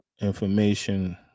information